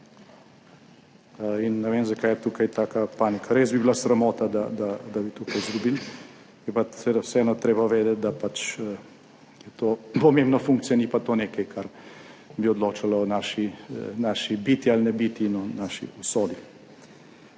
In ne vem, zakaj je tukaj taka panika. Res bi bila sramota, da bi tukaj izgubili. Je pa seveda vseeno treba vedeti, da pač je to pomembna funkcija, ni pa to nekaj, kar bi odločalo o naši biti ali ne biti in o naši usodi.